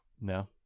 no